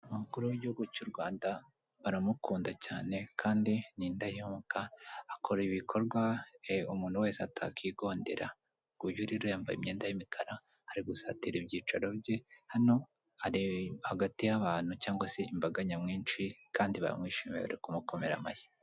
Umukuru w'igihugu cy'u Rwanda baramukunda cyane kandi ni indahemuka akora ibikorwa umuntu wese atakwigodera, nguyu rero yambaye imyenda y'imikara, ari gusatira ibyicaro bye, hano ari hagati y'abantu cyangwa se imbaga nyamwinshi kandi baramwishimira bari kumukomera amashyi.